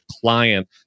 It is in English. client